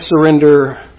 surrender